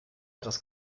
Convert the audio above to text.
etwas